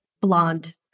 blonde